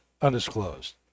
undisclosed